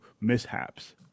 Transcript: mishaps